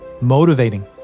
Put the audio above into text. motivating